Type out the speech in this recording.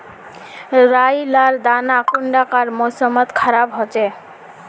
राई लार दाना कुंडा कार मौसम मोत खराब होचए?